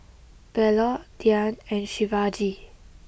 Bellur Dhyan and Shivaji